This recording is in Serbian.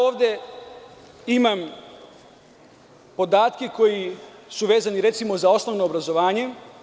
Ovde imam podatke koji su vezani, recimo, za osnovno obrazovanje.